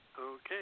Okay